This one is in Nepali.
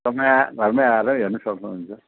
तपाईँ घरमै आएर हेर्नु सक्नुहुन्छ